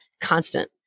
Constant